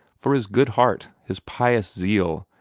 for his good heart, his pious zeal,